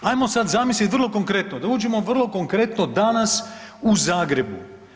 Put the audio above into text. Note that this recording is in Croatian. Hajmo sada zamisliti vrlo konkretno, da uđemo vrlo konkretno danas u Zagrebu.